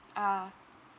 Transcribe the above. ah